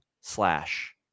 slash